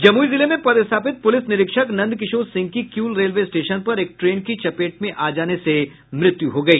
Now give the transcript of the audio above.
जमुई जिले में पदस्थापित पुलिस निरीक्षक नंदकिशोर सिंह की किऊल रेलवे स्टेशन पर एक ट्रेन की चपेट में आ जाने से मृत्यु हो गई